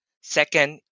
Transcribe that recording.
Second